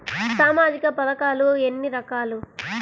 సామాజిక పథకాలు ఎన్ని రకాలు?